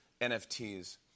NFTs